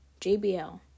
JBL